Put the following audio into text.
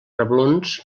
reblons